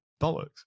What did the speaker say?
Bollocks